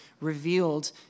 revealed